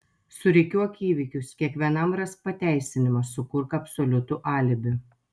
surikiuok įvykius kiekvienam rask pateisinimą sukurk absoliutų alibi